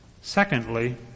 Secondly